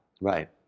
Right